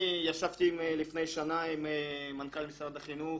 אני ישבתי לפני שנה עם מנכ"ל משרד החינוך